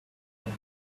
than